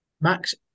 Max